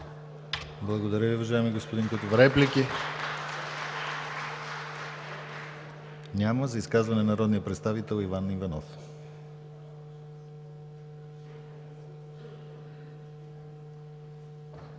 Благодаря, уважаеми господин Кутев. Реплики? Няма. За изказване има думата народният представител Иван Иванов.